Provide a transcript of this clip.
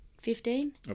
Fifteen